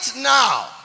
now